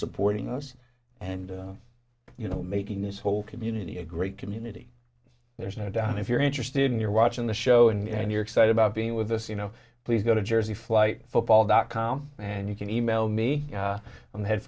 supporting us and you know making this whole community a great community there's no doubt if you're interested in you're watching the show and you're excited about being with us you know please go to jersey flight football dot com and you can e mail me on the head